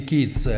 Kids